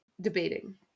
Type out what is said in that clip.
debating